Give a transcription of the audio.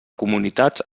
comunitats